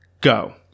Go